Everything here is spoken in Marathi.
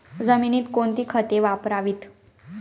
जमिनीत कोणती खते वापरावीत?